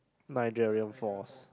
Niagarian Falls